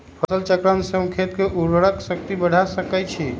फसल चक्रण से हम खेत के उर्वरक शक्ति बढ़ा सकैछि?